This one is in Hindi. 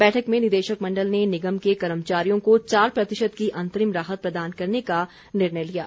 बैठक में निदेशक मण्डल ने निगम के कर्मचारियों को चार प्रतिशत की अंतरिम राहत प्रदान करने का निर्णय लिया गया